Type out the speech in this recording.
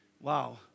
Wow